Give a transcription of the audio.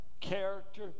character